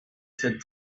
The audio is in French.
c’est